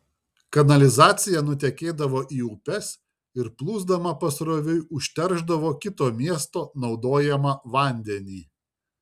kanalizacija nutekėdavo į upes ir plūsdama pasroviui užteršdavo kito miesto naudojamą vandenį